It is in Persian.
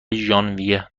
ژانویه